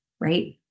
right